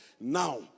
Now